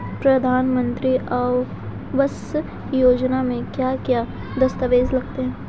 प्रधानमंत्री आवास योजना में क्या क्या दस्तावेज लगते हैं?